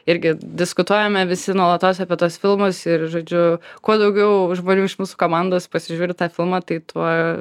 irgi diskutuojame visi nuolatos apie tuos filmus ir žodžiu kuo daugiau žmonių iš mūsų komandos pasižiūri tą filmą tai tuo